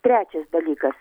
trečias dalykas